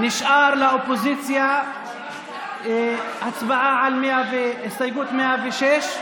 נשארה לאופוזיציה הצבעה על הסתייגות 106,